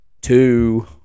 two